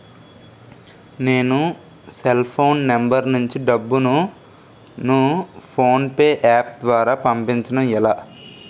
నేను cell phone number నుంచి డబ్బును ను ఫోన్పే అప్ ద్వారా పంపించడం ఎలా?